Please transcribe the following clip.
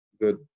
good